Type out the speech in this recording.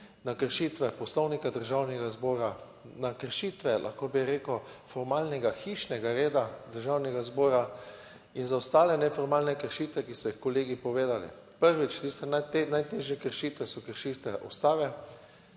na kršitve Poslovnika Državnega zbora, na kršitve, lahko bi rekel, formalnega hišnega reda Državnega zbora in za ostale neformalne kršitve, ki so jih kolegi povedali, prvič, tiste najtežje kršitve so kršitve Ustave,